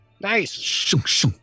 Nice